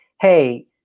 hey